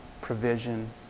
provision